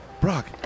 Brock